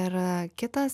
ir kitas